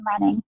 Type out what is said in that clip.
running